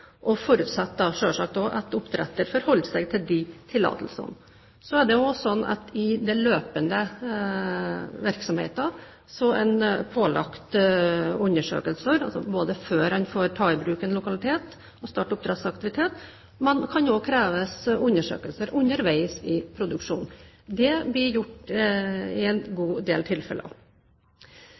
forutsetter selvsagt også at oppdretter forholder seg til disse tillatelsene. Så er det slik at for den løpende virksomheten er undersøkelser pålagt før en får ta i bruk en lokalitet og starte oppdrettsaktivitet, men det kan også kreves undersøkelser underveis i produksjonen. Det blir gjort i en god del tilfeller.